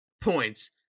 points